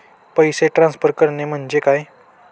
पैसे ट्रान्सफर करणे म्हणजे काय?